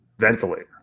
ventilator